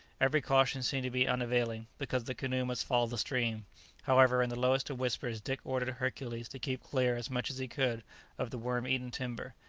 every caution seemed to be unavailing, because the canoe must follow the stream however, in the lowest of whispers dick ordered hercules to keep clear as much as he could of the worm-eaten timber.